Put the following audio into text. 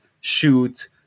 shoot